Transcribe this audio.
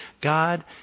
God